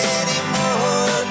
anymore